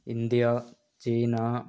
India China